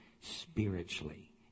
Spiritually